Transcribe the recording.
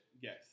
Yes